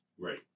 Right